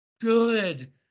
good